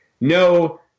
no